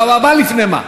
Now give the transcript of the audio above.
אבל מה לפני מה?